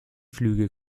flüge